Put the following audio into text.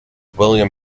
william